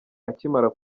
akimara